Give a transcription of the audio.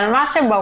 אבל מה שברור,